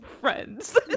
friends